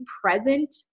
present